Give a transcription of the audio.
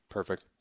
Perfect